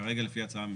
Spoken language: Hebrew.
כרגע לפי הצעה ממשלתית.